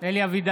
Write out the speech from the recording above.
בעד אלי אבידר,